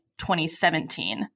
2017